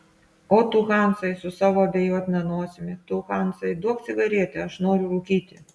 o tu hansai su savo abejotina nosimi tu hansai duok cigaretę aš noriu rūkyti